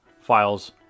files